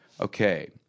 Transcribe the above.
okay